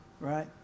right